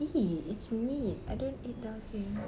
!ee! it's meat I don't eat daging